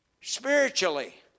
spiritually